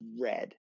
red